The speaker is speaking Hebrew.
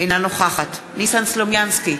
אינה נוכחת ניסן סלומינסקי,